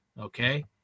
okay